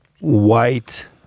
white